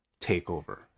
takeover